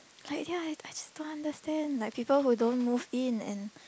like ya I I just don't understand like people who don't move in and